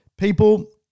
People